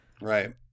Right